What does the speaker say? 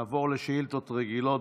נעבור לשאילתות רגילות.